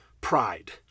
Pride